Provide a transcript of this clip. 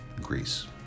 Greece